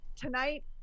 tonight